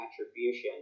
attribution